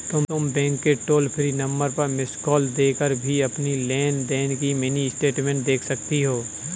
तुम बैंक के toll free number पर मिस्ड कॉल देकर भी अपनी लेन देन की मिनी स्टेटमेंट देख सकती हो